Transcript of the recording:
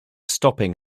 stopping